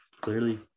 clearly